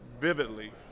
vividly